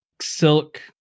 Silk